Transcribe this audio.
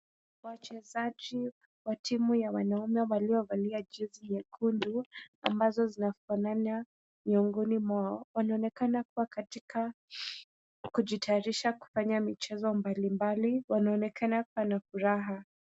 Wachezaji wa timu ya wanaume waliovalia jezi nyekundu ambazo zinafanana miongoni mwao. Wanaonekana kuwa katika kujitayarisha kufanya michezo mbalimbali. Wanaonekana kuwa na furaha.